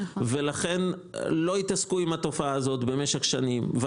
לא התעסקו עם התופעה הזאת במשך שנים.